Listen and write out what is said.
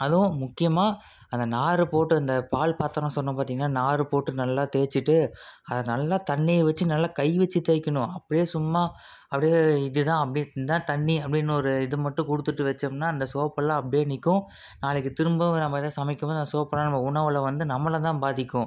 அதுவும் முக்கியமாக அந்த நார் போட்டு அந்த பால் பாத்திரம் சொன்னேன் பார்த்திங்களா நார் போட்டு நல்லா தேய்ச்சிட்டு அதை நல்லா தண்ணியை வச்சு நல்லா கை வச்சு தேய்க்கணும் அப்படியே சும்மா அப்படியே இது தான் அப்படி இதுதான் தண்ணி அப்படின்னு ஒரு இது மட்டும் கொடுத்துட்டு வச்சோம்னால் அந்த சோப்பெல்லாம் அப்படியே நிற்கும் நாளைக்கு திரும்பவும் நம்ப ஏதா சமைக்கும் போது அந்த சோப்பெல்லாம் அந்த உணவில் வந்து நம்மளை தான் பாதிக்கும்